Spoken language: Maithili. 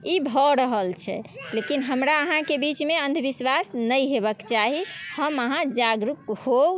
ई भऽ रहल छै लेकिन हमरा अहाँके बीचमे ई अन्धविश्वास नहि हेबाक चाही हम अहाँ जागरूक होउ